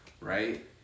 right